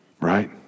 right